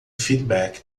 feedback